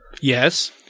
Yes